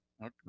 Okay